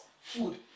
Food